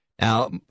Now